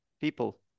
people